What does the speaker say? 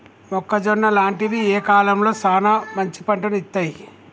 మొక్కజొన్న లాంటివి ఏ కాలంలో సానా మంచి పంటను ఇత్తయ్?